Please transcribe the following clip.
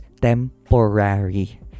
temporary